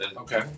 Okay